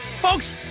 Folks